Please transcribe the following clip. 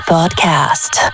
Podcast